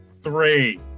three